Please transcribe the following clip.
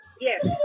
Yes